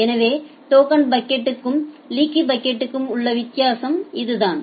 எனவே டோக்கன் பக்கெட்க்கும் லீக்கி பக்கெட்க்கும் உள்ள வித்தியாசம் இதுதான்